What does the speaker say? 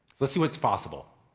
let's see what's possible.